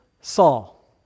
Saul